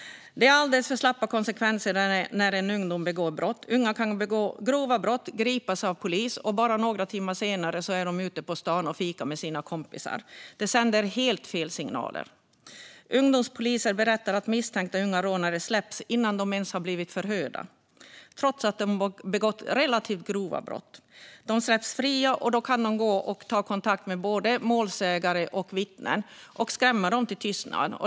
Det blir alldeles för slappa konsekvenser när en ungdom begår brott. Unga kan begå grova brott, gripas av polis och bara några timmar senare vara ute på stan och fika med sina kompisar. Det sänder helt fel signaler. Ungdomspoliser berättar att misstänkta unga rånare släpps innan de ens har blivit förhörda, trots att de har begått relativt grova brott. De släpps fria, och då kan de gå och ta kontakt med både målsägande och vittnen och skrämma dem till tystnad.